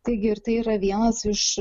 taigi ir tai yra vienas iš